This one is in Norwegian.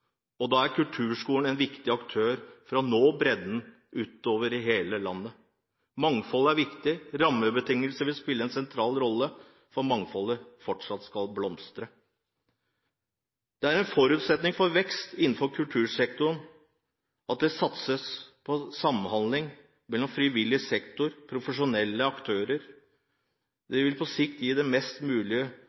fordeles. Da er kulturskolen en viktig aktør for å nå bredden utover i hele landet. Mangfold er viktig, rammebetingelser vil spille en sentral rolle om mangfoldet fortsatt skal blomstre. Det er en forutsetning for vekst innenfor kultursektoren at det satses på samhandling mellom frivillig sektor og profesjonelle aktører. Dette vil på sikt gi de mest